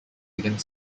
against